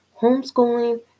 homeschooling